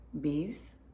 bees